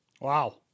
Wow